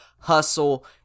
Hustle